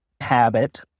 habit